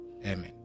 Amen